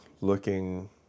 looking